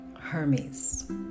Hermes